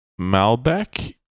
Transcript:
Malbec